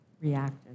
reacted